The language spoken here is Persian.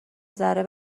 ذره